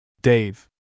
Dave